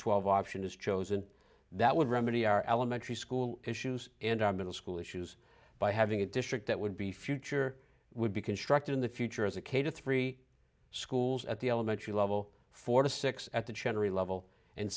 twelve option is chosen that would remedy our elementary school issues and our middle school issues by having a district that would be future would be constructed in the future as a k to three schools at the elementary level four to six at the general level and